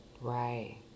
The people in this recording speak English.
right